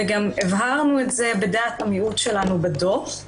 וגם הבהרנו את זה בדעת המיעוט שלנו בדוח.